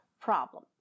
problem